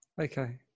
Okay